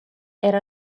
era